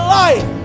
life